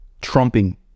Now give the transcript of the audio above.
trumping